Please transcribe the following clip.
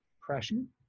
depression